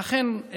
לכן,